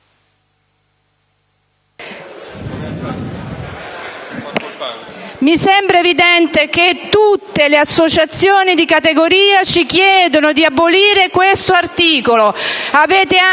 mi sembra evidente che tutte le associazioni di categoria ci chiedano di abolirlo. Avete anche